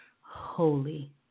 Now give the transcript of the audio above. holy